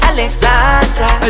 Alexandra